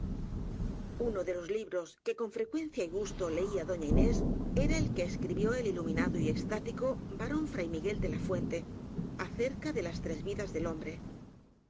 uno de los libros que con frecuencia y gusto leía doña inés era el que escribió el iluminado y extático varón fray miguel de la fuente acerca de las tres vidas del hombre